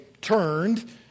turned